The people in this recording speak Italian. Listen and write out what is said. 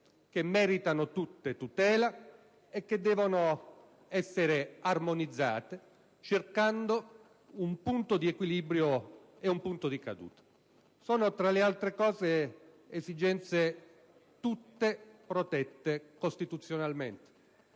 che meritano tutte tutela e che devono essere armonizzate cercando un punto di equilibrio e un punto di caduta. Sono, peraltro, tutte esigenze protette costituzionalmente.